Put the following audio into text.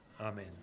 Amen